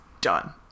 done